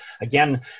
again